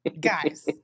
guys